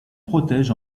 protège